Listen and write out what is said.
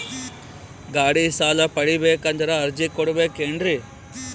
ಗಾಡಿ ಸಾಲ ಪಡಿಬೇಕಂದರ ಅರ್ಜಿ ಕೊಡಬೇಕೆನ್ರಿ?